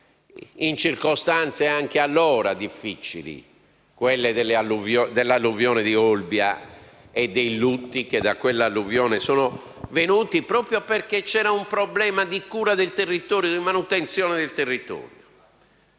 in circostanze anche allora difficili, quelle dell'alluvione di Olbia e dei lutti che da esso sono venuti, proprio perché c'era un problema di cura e manutenzione del territorio.